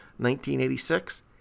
1986